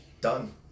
done